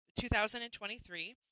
2023